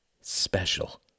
special